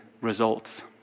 results